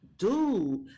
dude